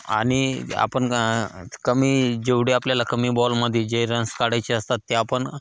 आणि आपण कमी जेवढे आपल्याला कमी बॉलमध्ये जे रन्स काढायचे असतात ते आपण